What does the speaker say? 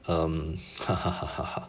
um